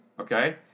Okay